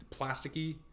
plasticky